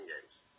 games